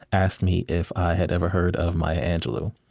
asked me if i had ever heard of maya angelou.